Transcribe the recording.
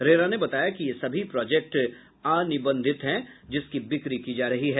RERA ने बताया कि ये सभी प्रोजेक्ट अनिबंधित हैं जिसकी बिक्री की जा रही है